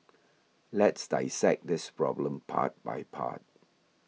let's dissect this problem part by part